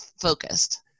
focused